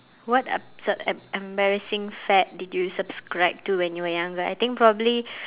what up~ s~ em~ embarrassing fad did you subscribe to when you were younger I think probably